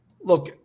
Look